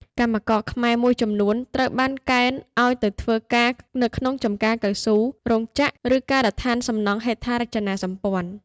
កម្មករខ្មែរ មួយចំនួនត្រូវបានកេណ្ឌឱ្យទៅធ្វើការនៅក្នុងចំការកៅស៊ូ រោងចក្រ ឬការដ្ឋានសំណង់ហេដ្ឋារចនាសម្ព័ន្ធ។